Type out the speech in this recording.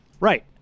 Right